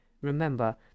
Remember